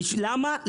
למה?